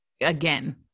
again